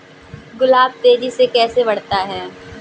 गुलाब तेजी से कैसे बढ़ता है?